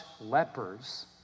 lepers